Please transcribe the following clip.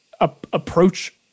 approach